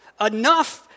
Enough